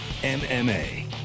MMA